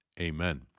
Amen